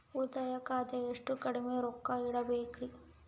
ಉಳಿತಾಯ ಖಾತೆಗೆ ಎಷ್ಟು ಕಡಿಮೆ ರೊಕ್ಕ ಇಡಬೇಕರಿ?